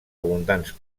abundant